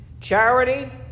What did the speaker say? Charity